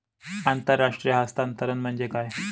आंतरराष्ट्रीय हस्तांतरण म्हणजे काय?